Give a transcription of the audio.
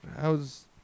How's